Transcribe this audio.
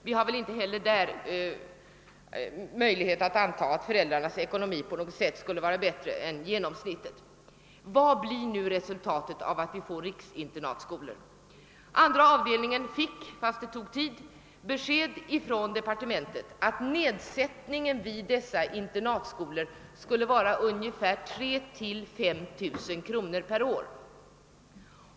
Inte heller i det fallet finns det skäl att antaga att föräldrarnas ekonomi skulle vara bättre än genomsnittet; Vad blir nu resultatet av att vi får riksinternatskolor? Andra avdelningen fick — fastän det tog tid — besked från departementet om att nedsättningen vid dessa internatskolor skulle vara 3090 å 5000 kronor per år.